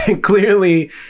clearly